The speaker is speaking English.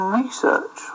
research